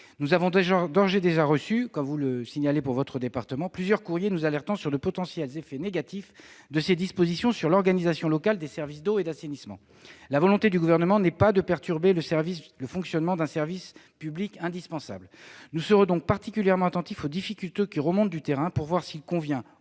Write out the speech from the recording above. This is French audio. Nous avons d'ores et déjà reçu plusieurs courriers nous alertant sur de potentiels effets négatifs de ces dispositions sur l'organisation locale des services d'eau et d'assainissement. La volonté du Gouvernement n'est pas de perturber le fonctionnement d'un service public indispensable. Nous serons donc particulièrement attentifs aux difficultés qui remontent du terrain pour voir s'il convient,